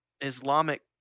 islamic